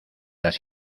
las